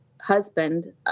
husband